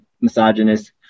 misogynist